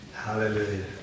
Hallelujah